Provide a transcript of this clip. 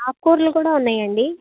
ఆకుకూరలు కూడా ఉన్నాయా అండి